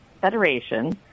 Federation